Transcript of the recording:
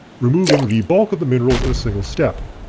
removing the bulk of the minerals in a single step.